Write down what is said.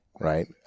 right